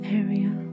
area